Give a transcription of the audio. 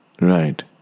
Right